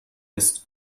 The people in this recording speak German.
ist